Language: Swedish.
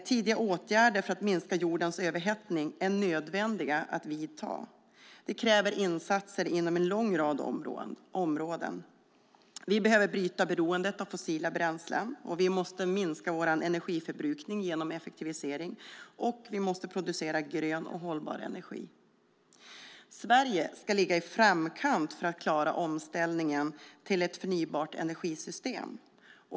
Tidiga åtgärder för att minska jordens överhettning är nödvändiga att vidta. Det kräver insatser inom en lång rad områden. Vi behöver bryta beroendet av fossila bränslen, vi måste minska vår energiförbrukning genom effektivisering och vi måste producera grön och hållbar energi. Sverige ska ligga i framkant för att klara omställningen till ett förnybart energisystem.